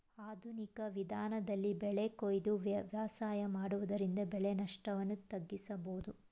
ಆಧುನಿಕ ವಿಧಾನದಲ್ಲಿ ಬೆಳೆ ಕೊಯ್ದು ವ್ಯವಸಾಯ ಮಾಡುವುದರಿಂದ ಬೆಳೆ ನಷ್ಟವನ್ನು ತಗ್ಗಿಸಬೋದು